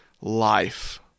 life